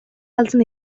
galtzen